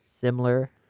similar